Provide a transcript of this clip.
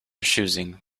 choosing